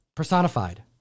Personified